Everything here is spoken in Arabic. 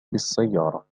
بالسيارة